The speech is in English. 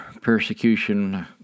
persecution